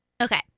Okay